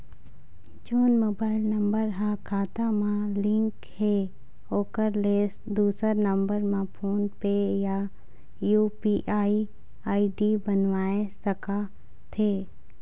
जोन mobile number हा खाता मा लिन्क हे ओकर ले दुसर नंबर मा फोन पे या यू.पी.आई आई.डी बनवाए सका थे?